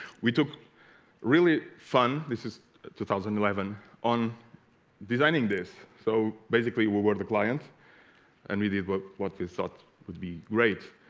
we took really fun this is two thousand and eleven on designing this so basically we were the client and we did what what they thought would be great